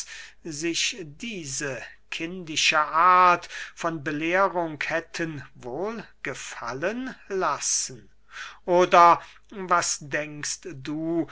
sich diese kindische art von belehrung hätten wohlgefallen lassen oder was denkst du